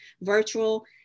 virtual